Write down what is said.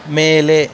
மேலே